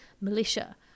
militia